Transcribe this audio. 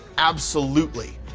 absolutely.